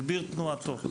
ויגביר תנועתו.".